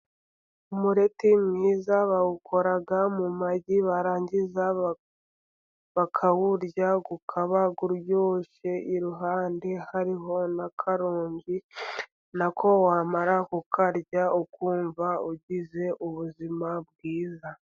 Umureti mwiza bawukora mu magi, barangiza bakawurya ukaba uryoshye, iruhande hariho n'akaronji, nako wamara kukarya ukumva ugize ubuzima bwiza.